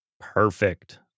perfect